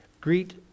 Greet